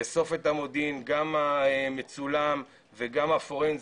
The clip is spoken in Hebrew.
לאסוף את המודיעין גם המצולם וגם הפורנזי,